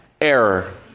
error